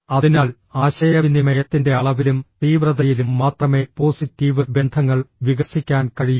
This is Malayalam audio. അതിനാൽ ആശയവിനിമയത്തിന്റെ അളവിലും തീവ്രതയിലും മാത്രമേ പോസിറ്റീവ് ബന്ധങ്ങൾ വികസിക്കാൻ കഴിയൂ